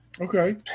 Okay